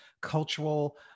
cultural